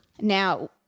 Now